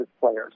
players